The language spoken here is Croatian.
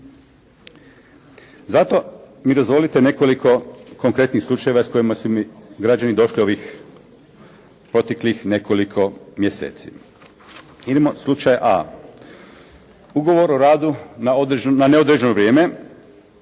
Zato mi dozvolite nekoliko konkretnih slučajeva s kojima su mi građani došli ovih proteklih nekoliko mjeseci. Idemo slučaj a) ugovor o radu na neodređeno vrijeme,